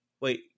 Wait